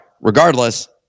Regardless